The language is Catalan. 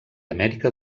amèrica